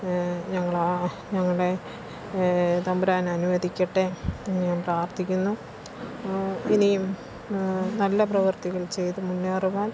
ഞങ്ങളാ ഞങ്ങടെ തമ്പുരാനനുവദിക്കട്ടെ ഞാൻ പ്രാർത്ഥിക്കുന്നു ഇനിയും നല്ല പ്രവൃത്തികൾ ചെയ്ത് മുന്നേറുവാൻ